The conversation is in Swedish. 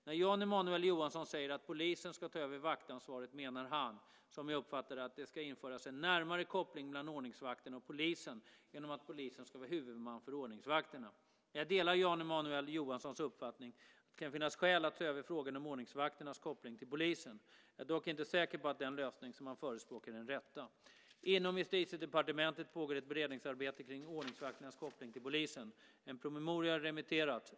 När Jan Emanuel Johansson säger att polisen ska ta över vaktansvaret menar han, som jag uppfattar det, att det ska införas en närmare koppling mellan ordningsvakterna och polisen genom att polisen ska vara huvudman för ordningsvakterna. Jag delar Jan Emanuel Johanssons uppfattning att det kan finnas skäl att se över frågan om ordningsvakternas koppling till polisen. Jag är dock inte säker på att den lösning som han förespråkar är den rätta. Inom Justitiedepartementet pågår ett beredningsarbete kring ordningsvakternas koppling till polisen. En promemoria har remitterats.